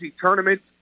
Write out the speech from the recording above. Tournament